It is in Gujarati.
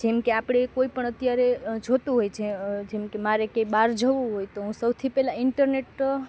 જેમકે આપણે કંઈ પણ અત્યારે જોઈતું હોય જે જેમકે મારે ક્યાંય બહાર જવું હોય તો હું સૌથી પહેલાં ઈન્ટરનેટ